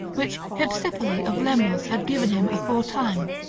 which hypsipyle of lemnos had given him aforetime,